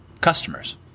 customers